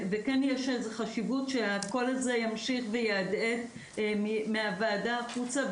כן יש חשיבות שהקול הזה ימשיך ויהדהד מהוועדה החוצה,